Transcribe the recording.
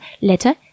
letter